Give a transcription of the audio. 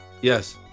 Yes